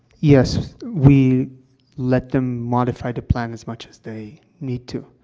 yes. we let them modify the plan as much as they need to,